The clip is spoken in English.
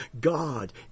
God